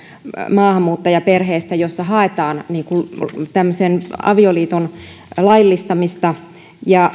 maahanmuuttajaperheistä joissa haetaan avioliiton laillistamista ja